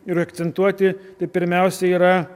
ir akcentuoti tai pirmiausiai yra